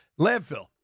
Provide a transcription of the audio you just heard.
Landfill